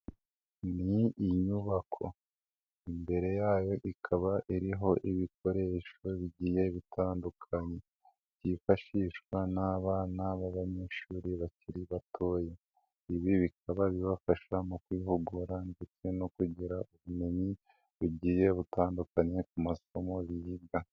Ni inyubako, imbere yayo ikaba iriho ibikoresho bigiye bitandukanye, byifashishwa n'abana b'abanyeshuri bakiri batoya, ibi bikaba bibafasha mu kwihugura ndetse no kugira ubumenyi bugiye butandukanye ku masomo biga.